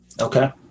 okay